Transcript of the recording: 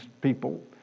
people